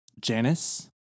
Janice